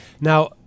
Now